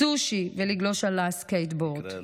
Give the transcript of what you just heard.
סושי ולגלוש על הסקייטבורד,